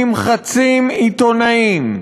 נמחצים עיתונאים,